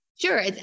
Sure